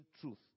truth